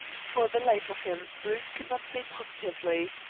for the life of him, bruce could not say positively.